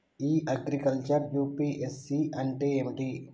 ఇ agriculture UPSC అంటే ఏమిటి?